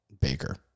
Baker